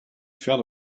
fell